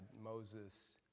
Moses